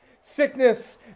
sickness